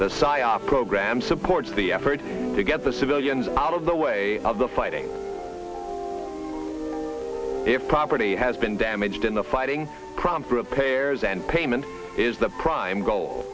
psyop program supports the efforts to get the civilians out of the way of the fighting if property has been damaged in the fighting prompt repairs and payment is the prime goal